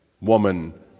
woman